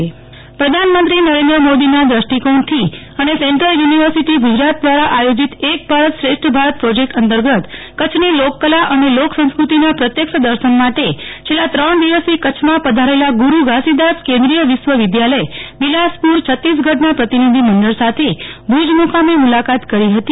નેહ્લ ઠક્કર કચ્છ લોકકલા સંસ્કૃતિ પ્રધાનમંત્રી નરેન્દ્ર મોદી ના દ્રષ્ટિકોણથી અને સેન્ટ્રલ યુનીવર્સીટી ગુજરાત દ્વારા આયોજિત એક ભારત શ્રેષ્ઠ ભારત પ્રોજેક્ટ અંતર્ગત કચ્છની લોકકલા અને લોક સંસ્કૃતિના પ્રત્યક્ષ દર્શન માટે છેલ્લા ત્રણ દિવસથી કચ્છમાં પધારેલા ગુરુ ઘાસીદાસ કેન્દ્રીય વિશ્વ વિદ્યાલય બિલાસપુર છત્તીસગઢના પ્રતિનિધિ મંડળ સાથિ ભુજ મુકામે મુલાકાત કરી હતી